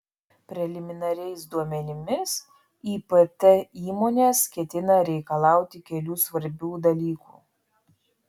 preliminariais duomenimis ipt įmonės ketina reikalauti kelių svarbių dalykų